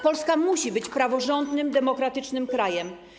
Polska musi być praworządnym, demokratycznym krajem.